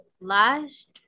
last